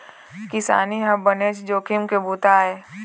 किसानी ह बनेच जोखिम के बूता आय